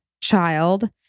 child